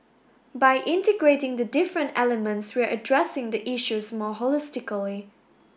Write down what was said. by integrating the different elements we are addressing the issues more holistically